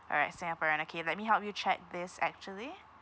all right singaporean okay let me help you check this actually